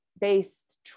based